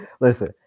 Listen